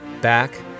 back